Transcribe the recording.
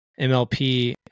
MLP